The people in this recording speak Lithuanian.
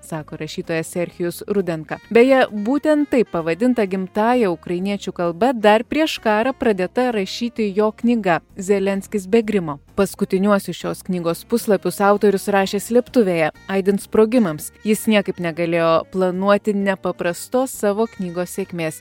sako rašytojas serchijus rudenka beje būtent taip pavadinta gimtąja ukrainiečių kalba dar prieš karą pradėta rašyti jo knyga zelenskis be grimo paskutiniuosius šios knygos puslapius autorius rašė slėptuvėje aidint sprogimams jis niekaip negalėjo planuoti nepaprastos savo knygos sėkmės